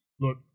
look